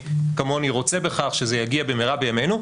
כמוני רוצה בכך שזה יגיע במהרה בימינו,